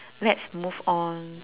let's move on